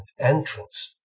entrance